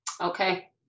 Okay